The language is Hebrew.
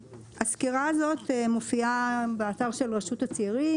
הסקירה הזאת מופיעה באתר של רשות הצעירים,